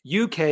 UK